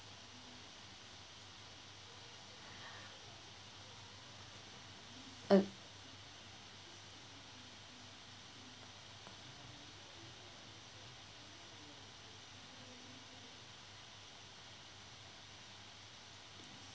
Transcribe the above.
uh